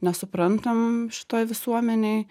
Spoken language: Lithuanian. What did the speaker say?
nesuprantam šitoj visuomenėj